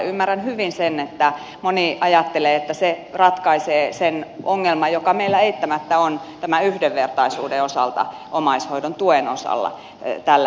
ymmärrän hyvin että moni ajattelee että se ratkaisee sen ongelman joka meillä tällä hetkellä eittämättä on tämän yhdenvertaisuuden osalta omaishoidon tuessa